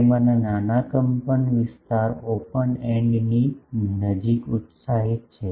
તેમાંના નાના કંપનવિસ્તાર ઓપન એન્ડ ની નજીક ઉત્સાહિત છે